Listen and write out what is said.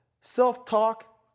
self-talk